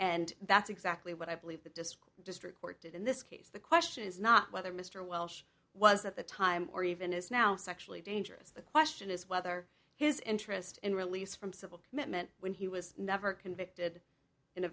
and that's exactly what i believe that this district court did in this case the question is not whether mr welsh was at the time or even is now sexually dangerous the question is whether his interest in release from civil commitment when he was never convicted in a